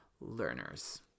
learners